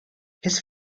his